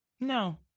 No